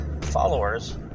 followers